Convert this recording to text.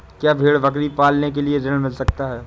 क्या भेड़ बकरी पालने के लिए ऋण मिल सकता है?